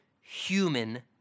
human